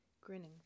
grinning